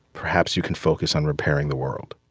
perhaps you can focus on repairing the world